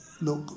look